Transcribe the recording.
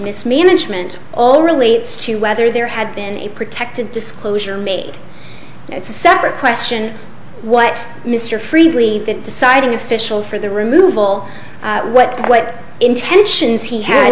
mismanagement all relates to whether there had been a protected disclosure made it's a separate question what mr freeh the deciding official for the removal what what intentions he had